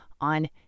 on